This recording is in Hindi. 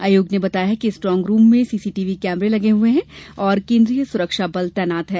आयोग ने बताया है कि स्ट्रोंग रूम में सीसीटीवी कैमरे लगे हुए हैं और केन्द्रीय सुरक्षाबल तैनात हैं